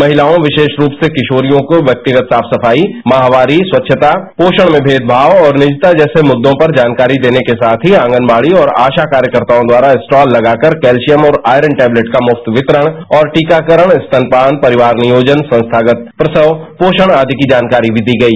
महितायों विशेष रूप से किशोरियों को व्यक्तिगत साफ सफाई माहवारी स्वच्छता पोषण में भेदभाव और निजता जैसे मुझे पर जानकारी देने के साथ ही आंगनबाझी और आशा कार्यकर्ततायों द्वारा स्टॉत तगाकर कैल्वियम और ऑयरन टेबलेट का मुफ्त वितरण और टीकारण स्तनपान परिवार नियोजन संस्थागत प्रसव पोषण आदि की जानकारी भी दी गयी